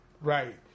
Right